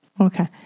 Okay